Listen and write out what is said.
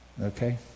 Okay